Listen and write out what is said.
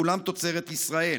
כולם תוצרת ישראל.